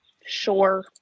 Sure